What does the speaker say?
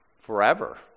forever